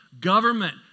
government